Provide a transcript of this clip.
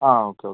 ആ okay okay